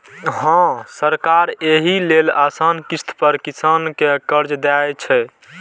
हां, सरकार एहि लेल आसान किस्त पर किसान कें कर्ज दै छै